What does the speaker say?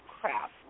Crap